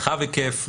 רחב היקף,